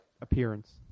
appearance